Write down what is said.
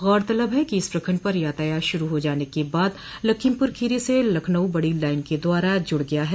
गौरतलब है कि इस प्रखंड पर यातायात शुरू हो जाने के बाद लखीमपुर खीरी से लखनऊ बड़ी लाइन के द्वारा जुड़ गया है